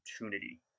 opportunity